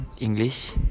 English